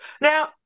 Now